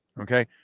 Okay